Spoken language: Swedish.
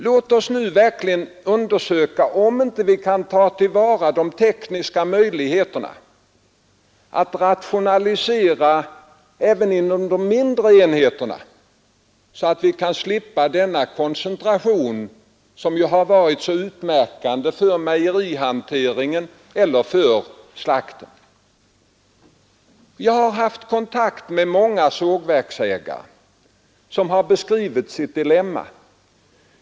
Låt oss nu verkligen undersöka om vi inte kan ta till vara de tekniska möjligheterna att rationalisera även inom de mindre enheterna, så att vi slipper den koncentration som varit så utmärkande för mejerihanteringen och för slakten. Jag har haft kontakt med många sågverksägare, som beskrivit sitt dilemma.